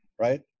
Right